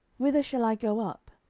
whither shall i go up?